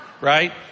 right